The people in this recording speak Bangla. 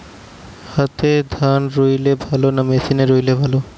হাতে ধান রুইলে ভালো না মেশিনে রুইলে ভালো?